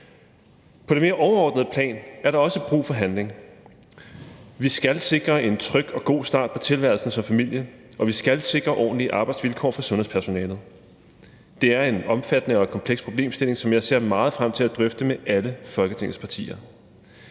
På det mere overordnede plan er der også brug for handling. Vi skal sikre en tryg og god start på tilværelsen som familie, og vi skal sikre ordentlige arbejdsvilkår for sundhedspersonalet. Det er en omfattende og kompleks problemstilling, som jeg ser meget frem til at drøfte med alle Folketingets partier.